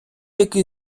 який